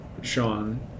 Sean